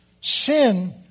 Sin